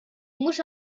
mhux